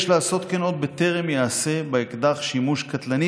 יש לעשות כן עוד בטרם ייעשה באקדח שימוש קטלני,